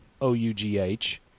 o-u-g-h